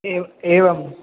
एव एवम्